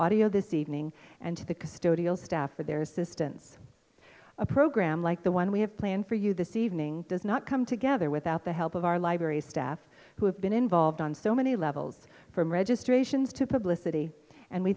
audio this evening and to the custodial staff for their assistance a program like the one we have planned for you this evening does not come together without the help of our library staff who have been involved on so many levels from registrations to publicity and we